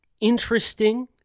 interesting